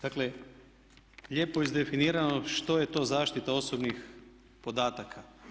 Dakle, lijepo je izdefinirano što je to zaštita osobnih podataka.